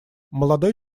молодой